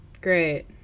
great